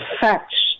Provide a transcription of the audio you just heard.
facts